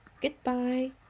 Goodbye